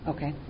Okay